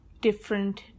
different